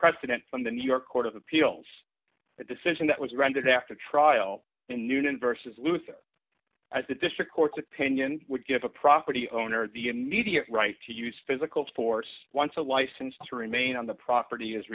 president on the new york court of appeals a decision that was rendered after a trial in newton versus luther as the district court's opinion would give a property owner the immediate right to use physical force once a license to remain on the property is